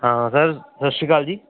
ਹਾਂ ਸਰ ਸਤਿ ਸ਼੍ਰੀ ਅਕਾਲ ਜੀ